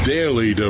Daily